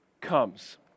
comes